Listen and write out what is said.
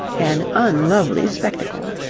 an unlovely spectacle.